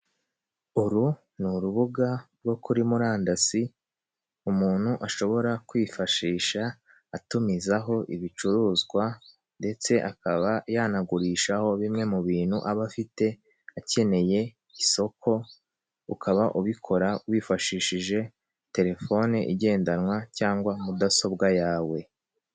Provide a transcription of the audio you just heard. Uru ni urubuga rwo kuri murandasi umuntu ashobora kwifashisha atumizaho ibicuruzwa ndetse akaba yanagurishaho bimwe mu bintu aba afite akeneye isoko, ukaba ubikora wifashishije telefone igendanwa cyangwa mudasobwa yawe.